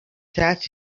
that